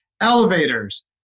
elevators